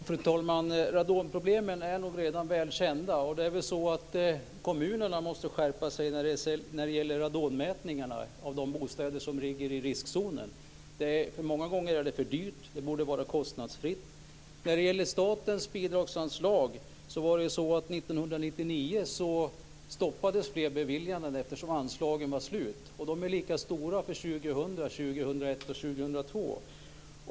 Fru talman! Radonproblemen är nog redan väl kända. Men kommunerna måste väl skärpa sig när det gäller radonmätningar av de bostäder som ligger i riskzonen. Många gånger är det för dyrt. Det borde vara kostnadsfritt. När det gäller statens bidragsanslag stoppades utbetalningarna 1999, eftersom anslagen var slut. De är lika stora för 2000, 2001 och 2002.